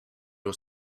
was